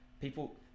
people